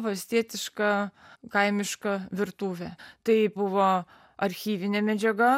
valstietiška kaimiška virtuvė tai buvo archyvinė medžiaga